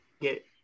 get